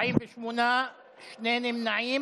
כי בשבת יש הרבה מבקרים שבאים לבקר את החולים